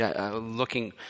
looking